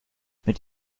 mit